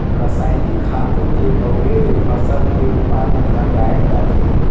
रसायनिक खातू के बउरे ले फसल के उत्पादन हर बायड़ जाथे